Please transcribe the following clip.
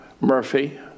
Murphy